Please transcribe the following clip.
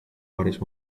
varios